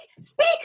speak